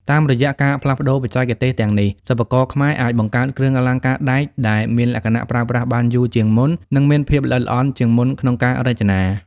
តាមរយៈការផ្លាស់ប្ដូរបច្ចេកទេសទាំងនេះ សិប្បករខ្មែរអាចបង្កើតគ្រឿងអលង្ការដែកដែលមានលក្ខណៈប្រើប្រាស់បានយូរជាងមុន និងមានភាពល្អិតល្អន់ជាងមុនក្នុងការរចនា។